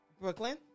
Brooklyn